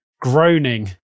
groaning